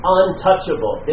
untouchable